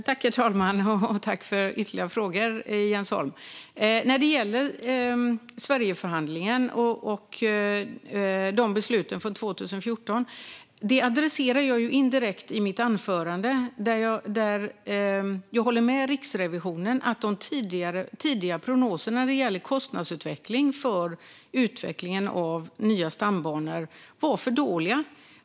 Herr talman! Tack för ytterligare frågor, Jens Holm! När det gäller Sverigeförhandlingen och besluten från 2014 tar jag indirekt upp detta i mitt anförande. Jag håller med Riksrevisionen om att de tidiga prognoserna gällande kostnadsutvecklingen för utvecklingen av nya stambanor var för dåliga.